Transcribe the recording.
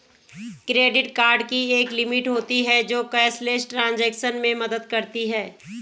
credit card की एक limit होती है जो कैशलेस ट्रांज़ैक्शन में मदद करती है